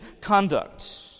conduct